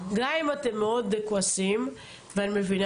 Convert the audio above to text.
גם אם אתם מאוד כועסים ואני מבינה,